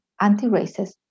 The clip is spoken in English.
anti-racist